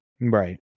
Right